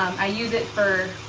i use it for,